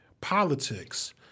politics